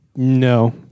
No